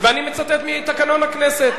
ואני מצטט מתקנון הכנסת: